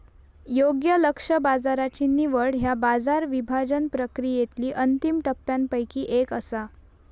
योग्य लक्ष्य बाजाराची निवड ह्या बाजार विभाजन प्रक्रियेतली अंतिम टप्प्यांपैकी एक असा